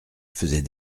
faisait